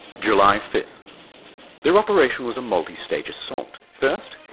july fifth their operation was a multi-stage assault. first,